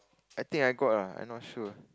I think I got lah I not sure